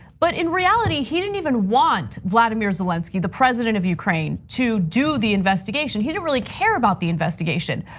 but in reality, he didn't even want volodymyr zelensky, the president of ukraine, to do the investigation. he didn't really care about the investigation.